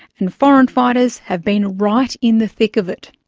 and foreign fighters have been right in the thick of it.